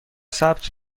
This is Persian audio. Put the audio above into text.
ثبت